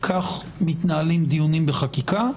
כך מתנהלים דיונים בחקיקה,